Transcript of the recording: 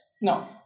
No